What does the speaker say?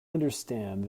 understand